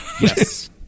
Yes